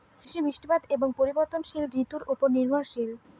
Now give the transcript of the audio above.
কৃষি বৃষ্টিপাত এবং পরিবর্তনশীল ঋতুর উপর নির্ভরশীল